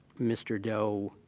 mr. dow